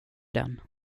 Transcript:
den